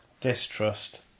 distrust